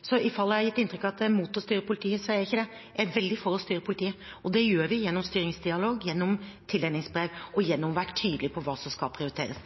så i fall jeg har gitt inntrykk av at jeg er imot å styre politiet, så er jeg ikke det. Jeg er veldig for å styre politiet, og det gjør vi gjennom styringsdialog, gjennom tildelingsbrev og gjennom å være tydelige på hva som skal prioriteres.